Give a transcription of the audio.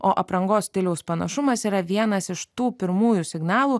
o aprangos stiliaus panašumas yra vienas iš tų pirmųjų signalų